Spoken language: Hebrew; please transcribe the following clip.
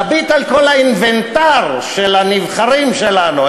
תביט על כל האינוונטר של הנבחרים שלנו.